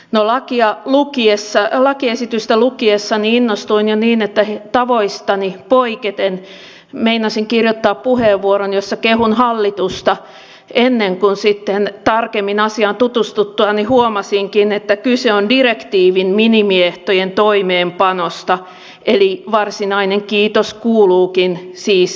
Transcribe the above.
no lakiesitystä lukiessani innostuin jo niin että tavoistani poiketen meinasin kirjoittaa puheenvuoron jossa kehun hallitusta ennen kuin sitten tarkemmin asiaan tutustuttuani huomasinkin että kyse on direktiivin minimiehtojen toimeenpanosta eli varsinainen kiitos kuuluukin eulle